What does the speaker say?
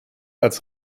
als